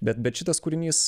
bet bet šitas kūrinys